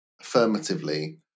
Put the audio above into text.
affirmatively